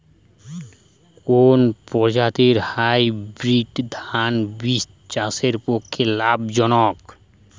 কোন প্রজাতীর হাইব্রিড ধান বীজ চাষের পক্ষে লাভজনক?